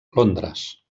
londres